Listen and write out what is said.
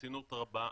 ברצינות רבה.